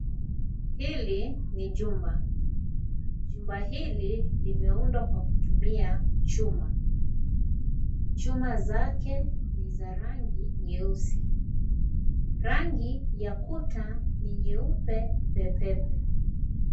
Huli ni jumba , jumba hili limeundwa kwa kutumia chuma. Chuma zake ni za rangi nyeusi , rangi ya kuta ni nyeupe pe pe pe.